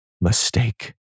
mistake